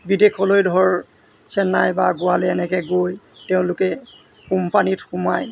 বিদেশলৈ ধৰ চেন্নাই বা গোৱালৈ এনেকৈ গৈ তেওঁলোকে কোম্পানীত সোমায়